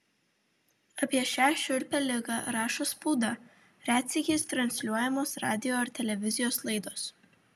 apie šią šiurpią ligą rašo spauda retsykiais transliuojamos radijo ar televizijos laidos